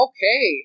Okay